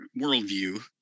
worldview